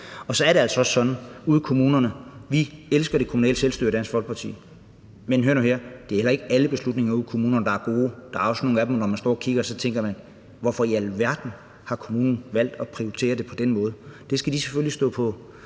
Så er det altså også sådan ude i kommunerne – og vi i Dansk Folkeparti elsker det kommunale selvstyre – at det ikke er alle beslutninger ude i kommunerne, der er gode. Der er også nogle af dem, hvor man står og kigger, og så tænker man: Hvorfor i alverden har kommunen valgt at prioritere det på den måde? Det skal de selvfølgelig stå på